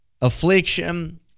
affliction